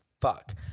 fuck